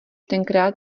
tenkrát